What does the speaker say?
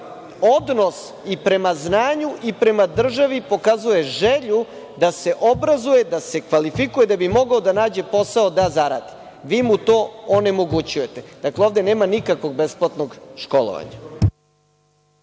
odnos i prema znanju i prema državi i pokazuje želju da se obrazuje, da se kvalifikuje da bi mogao da nađe posao da zaradi. Vi mu to onemogućujete. Dakle, ovde nema nikakvog besplatnog školovanja.